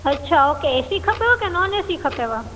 अच्छा okay AC खपेव या नॉन एसी खपेव